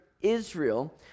Israel